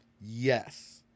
Yes